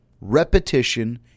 Repetition